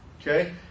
Okay